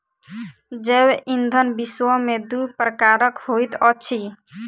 जैव ईंधन विश्व में दू प्रकारक होइत अछि